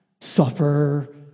suffer